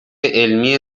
علمی